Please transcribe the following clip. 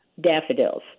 daffodils